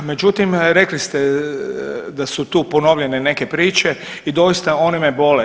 Međutim rekli ste da su tu ponovljene neke priče i doista one me bole.